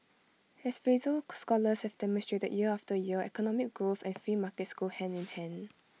as Fraser scholars have demonstrated year after year economic growth and free markets go hand in hand